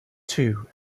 two